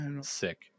sick